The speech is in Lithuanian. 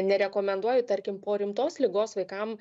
nerekomenduoju tarkim po rimtos ligos vaikam